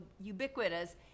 ubiquitous